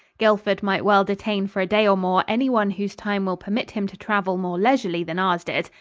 guildford might well detain for a day or more anyone whose time will permit him to travel more leisurely than ours did.